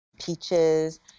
peaches